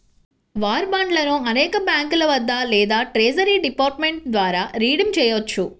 war బాండ్లను అనేక బ్యాంకుల వద్ద లేదా ట్రెజరీ డిపార్ట్మెంట్ ద్వారా రిడీమ్ చేయవచ్చు